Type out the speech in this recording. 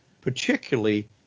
particularly